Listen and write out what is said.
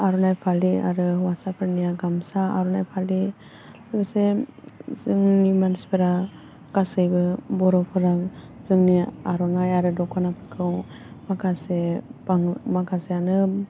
आर'नाइ फालि आरो हौवासाफोरनिया गामसा आर'नाइ फालि लोगोसे जोंनि मानसिफोरा गासैबो बर'फोरा जोंनि आर'नाइ आरो दख'नाफोरखौ माखासे बां माखासेयानो